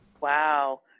Wow